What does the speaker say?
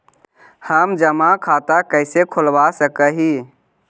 हम जमा खाता कैसे खुलवा सक ही?